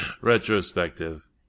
retrospective